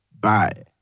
Bye